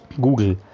Google